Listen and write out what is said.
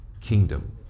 kingdom